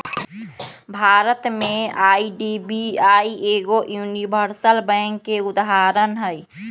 भारत में आई.डी.बी.आई एगो universal bank के उदाहरण हइ